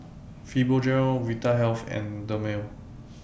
Fibogel Vitahealth and Dermale